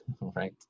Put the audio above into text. Right